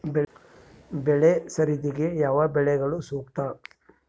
ಬೆಳೆ ಸರದಿಗೆ ಯಾವ ಬೆಳೆಗಳು ಸೂಕ್ತ?